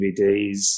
DVDs